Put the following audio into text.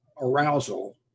arousal